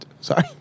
Sorry